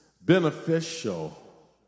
beneficial